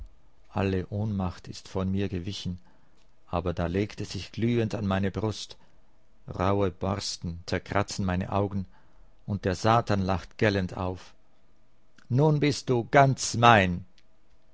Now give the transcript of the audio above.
alle ohnmacht ist von mir gewichen aber da legt es sich glühend an meine brust rauhe borsten zerkratzen meine augen und der satan lacht gellend auf nun bist du ganz mein